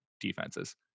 defenses